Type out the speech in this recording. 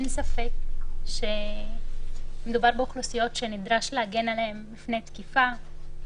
אין ספק שמדובר באוכלוסיות שנדרש להגן עליהן מפני תקיפה.